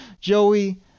Joey